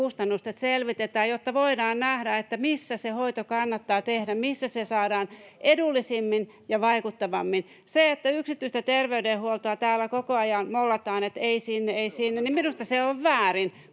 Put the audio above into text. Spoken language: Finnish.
yksikkökustannukset selvitetään, jotta voidaan nähdä, missä se hoito kannattaa tehdä, missä se saadaan edullisimmin ja vaikuttavimmin. Se, että yksityistä terveydenhuoltoa täällä koko ajan mollataan, että ei sinne, ei sinne, [Vasemmalta: Se on vähän